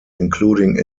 including